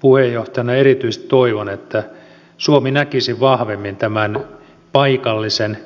puheenjohtajana erityisesti toivon että suomi näkisi vahvemmin tämän paikallisen